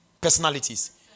Personalities